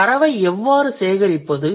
தரவை எவ்வாறு சேகரிப்பது